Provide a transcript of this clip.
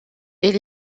est